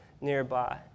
nearby